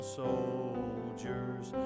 soldiers